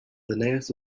linnaeus